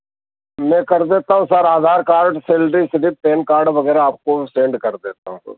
मैं कर देता हूँ sir Aadhaar card salary slip pan card वगेरह आपको सेंड कर देता हूँ तो